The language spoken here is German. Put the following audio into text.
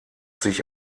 sich